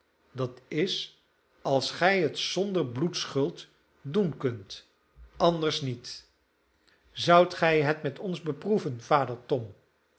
dat is als gij het zonder bloedschuld doen kunt anders niet zoudt gij het met ons beproeven vader tom